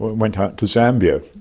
went out to zambia,